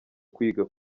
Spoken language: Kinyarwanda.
kwiga